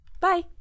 Bye